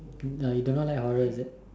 you do not like horror is it